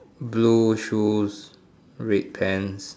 blue shoes red pants